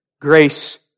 Grace